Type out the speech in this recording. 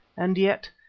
and yet,